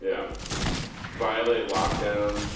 yeah violate lockdown.